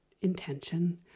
intention